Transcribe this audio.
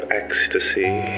ecstasy